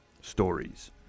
stories